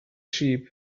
sheep